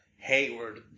Hayward